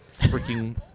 freaking